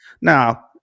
Now